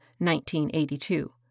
1982